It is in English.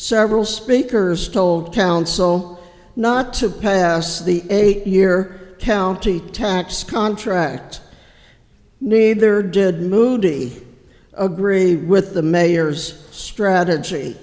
several speakers told council not to pass the eight year county tax contract neither did muti agree with the mayor's strategy